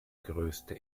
größte